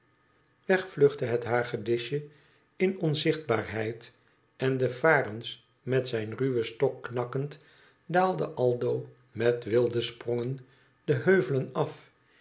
weg vluchtte het hagedisje in onzichtbaarheid en de varens met zijn ruwen stok knakkend daalde aldo met wilde sprongen de heuvelen af